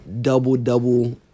double-double